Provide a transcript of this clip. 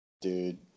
Dude